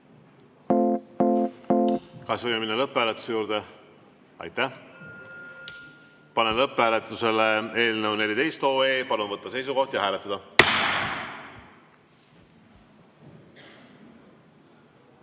Kas võime minna lõpphääletuse juurde? Aitäh! Panen lõpphääletusele eelnõu 14. Palun võtta seisukoht ja hääletada!